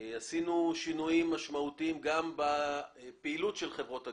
עשינו שינויים משמעותיים גם בפעילות של חברות הגבייה.